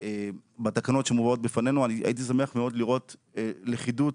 בתקנות שמובאות בפנינו הייתי שמח מאוד לראות לכידות